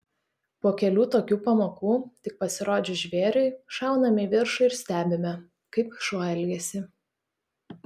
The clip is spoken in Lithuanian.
po kelių tokių pamokų tik pasirodžius žvėriui šauname į viršų ir stebime kaip šuo elgiasi